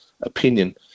opinion